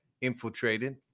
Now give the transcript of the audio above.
infiltrated